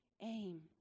aim